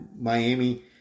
Miami